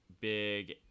big